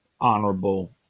honorable